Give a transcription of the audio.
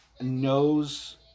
knows